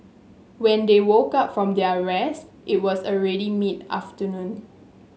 when they woke up from their rest it was already mid afternoon